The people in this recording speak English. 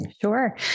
Sure